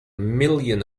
million